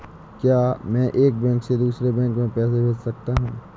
क्या मैं एक बैंक से दूसरे बैंक में पैसे भेज सकता हूँ?